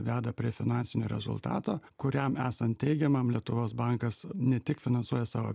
veda prie finansinio rezultato kuriam esant teigiamam lietuvos bankas ne tik finansuoja savo